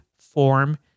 form